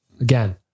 Again